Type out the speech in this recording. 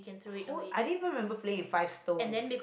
who I didn't even remember playing with five stones